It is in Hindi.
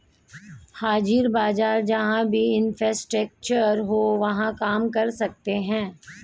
हाजिर बाजार जहां भी इंफ्रास्ट्रक्चर हो वहां काम कर सकते हैं